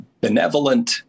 benevolent